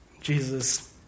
Jesus